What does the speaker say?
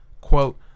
quote